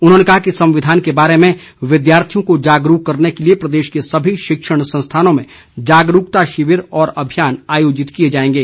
उन्होंने कहा कि संविधान के बारे में विद्यार्थियों को जागरूक करने के लिए प्रदेश के समी शिक्षण संस्थानों में जागरूकता शिविर और अभियान आयोजित किए जाएंगे